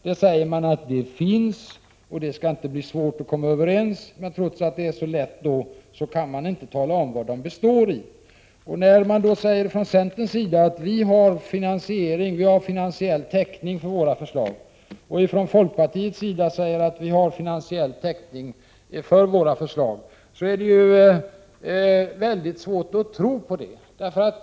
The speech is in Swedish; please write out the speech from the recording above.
Man säger att de finns och att det inte skall bli svårt att komma överens, men trots att det är så lätt kan man inte tala om vad de består i. Centern säger att man har finansiell täckning för sina förslag, och folkpartiet säger att man har täckning för sina, men det är väldigt svårt att tro på det.